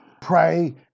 pray